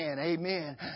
Amen